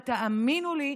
ותאמינו לי,